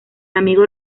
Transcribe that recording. amigo